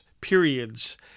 periods